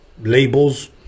labels